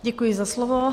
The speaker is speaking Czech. Děkuji za slovo.